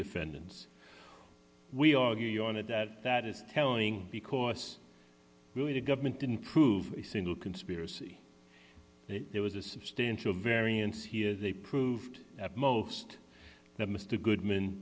defendants we argue on it that that is telling because really the government didn't prove a single conspiracy there was a substantial variance here they proved at most that mr goodman